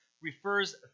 refers